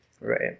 right